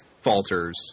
falters